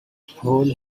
hole